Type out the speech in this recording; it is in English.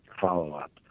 follow-up